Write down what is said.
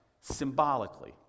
symbolically